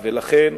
לכן,